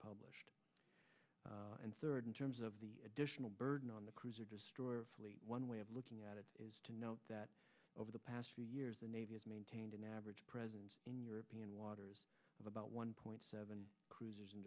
published and third in terms of the additional burden on the cruiser destroyer one way of looking at it is to know that over the past two years the navy has maintained an average presence in european waters of about one point seven cruisers and